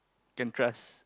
can trust